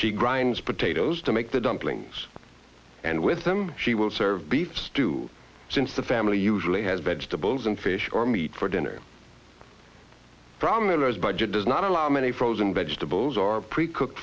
she grinds potatoes to make the dumplings and with them she will serve beef stew since the family usually has vegetables and fish or meat for dinner ramires budget does not allow many frozen vegetables are pre cooked